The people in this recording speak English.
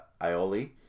aioli